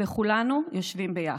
וכולנו יושבים יחד.